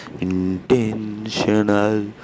Intentional